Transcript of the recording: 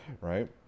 right